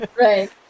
right